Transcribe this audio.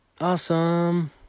awesome